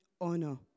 honor